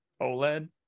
OLED